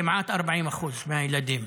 כמעט 40% מהילדים,